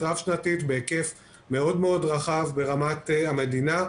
רב שנתית בהיקף מאוד רחב ברמת המדינה,